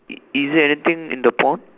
is it anything in the pond